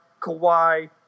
Kawhi